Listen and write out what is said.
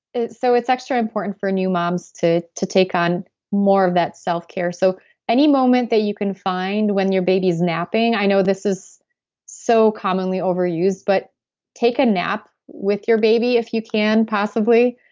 so it's extra important for new moms to to take on more of that self-care. so any moment that you can find when your baby's napping, i know this is so commonly overused. but take a nap with your baby if you can possibly.